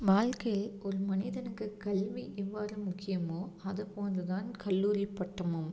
வாழ்க்கையில் ஒரு மனிதனுக்கு கல்வி எவ்வாறு முக்கியமோ அதுபோன்று தான் கல்லூரி பட்டமும்